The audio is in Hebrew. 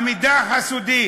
המידע הסודי